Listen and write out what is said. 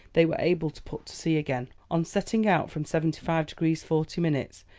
they were able to put to sea again. on setting out from seventy five degrees forty minutes,